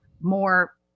more